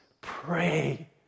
pray